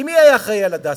כי מי היה אחראי ל"הדסה",